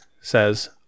says